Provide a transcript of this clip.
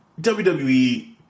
WWE